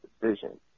decision